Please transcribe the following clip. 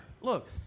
Look